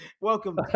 Welcome